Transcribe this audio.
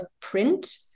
print